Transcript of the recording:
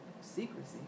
secrecy